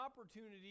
opportunity